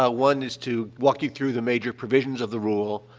ah one is to walk you through the major provisions of the rule,